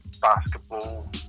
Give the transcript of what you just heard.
basketball